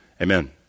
Amen